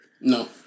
No